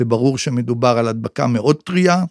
זה ברור שמדובר על הדבקה מאוד טריה.